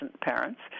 parents